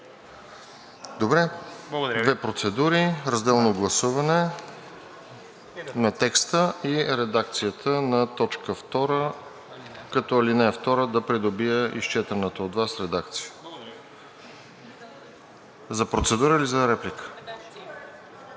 Две процедури разделно гласуване на текста и редакцията на т. 2, като ал. 2 да придобие изчетената от Вас редакция. За процедура или за реплика?